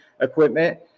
equipment